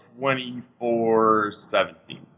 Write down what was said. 24-17